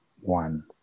one